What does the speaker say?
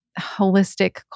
holistic